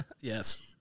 Yes